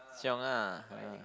chiong ah ah